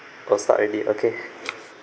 got start already okay